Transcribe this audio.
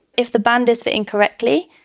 if the band is but incorrectly,